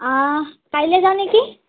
কাইলৈ যাওঁ নেকি